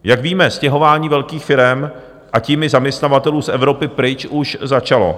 Jak víme, stěhování velkých firem, a tím i zaměstnavatelů z Evropy pryč už začalo.